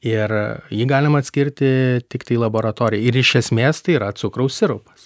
ir jį galima atskirti tiktai laboratorijoj ir iš esmės tai yra cukraus sirupas